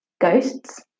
Ghosts